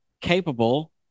capable